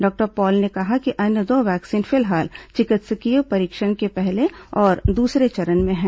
डॉ पॉल ने कहा कि अन्य दो वैक्सीन फिलहाल चिकित्सकीय परीक्षण के पहले और दूसरे चरण में हैं